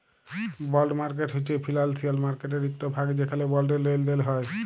বল্ড market হছে financial মার্কেটের ইকট ভাগ যেখালে বল্ডের লেলদেল হ্যয়